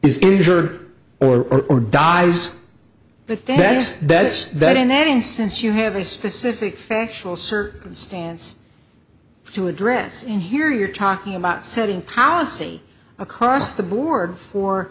is injured or or dies but the best bet is that in that instance you have a specific factual circumstance to address in here you're talking about setting policy across the board for